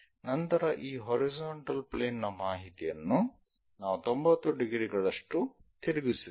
ನಂತರ ಈ horizontal plane ನ ಮಾಹಿತಿಯನ್ನು ನಾವು 90 ಡಿಗ್ರಿಗಳಷ್ಟು ತಿರುಗಿಸುತ್ತೇವೆ